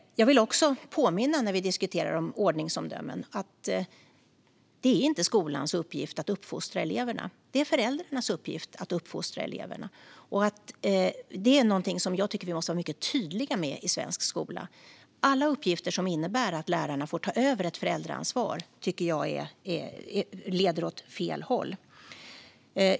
När vi diskuterar ordningsomdömen vill jag också påminna om att det inte är skolans uppgift att uppfostra eleverna. Det är föräldrarnas uppgift att uppfostra eleverna. Det är något som jag tycker att vi måste vara mycket tydliga med i svensk skola. Alla uppgifter som innebär att lärarna får ta över ett föräldraansvar tycker jag leder åt fel håll.